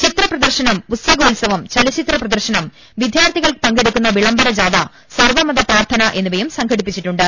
ചിത്ര പ്രദർശനം പുസ്തകോ ത്സവം ചലച്ചിത്ര പ്രദർശനം വിദ്യാർത്ഥികൾ പങ്കെടുക്കുന്ന വിളം ബര ജാഥ സർവ്വമത പ്രാർത്ഥന എന്നിവയും സംഘടിപ്പിച്ചിട്ടു ണ്ട്